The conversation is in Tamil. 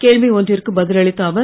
கேள்வி ஒன்றுக்கு பதில் அளித்த அவர்